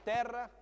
Terra